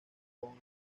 con